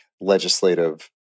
legislative